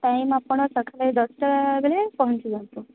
time ଆପଣ ସକାଳେ ଦଶଟା ବେଳେ ପହଞ୍ଚି ଯାଆନ୍ତୁ